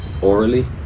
orally